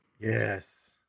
yes